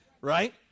right